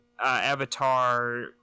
Avatar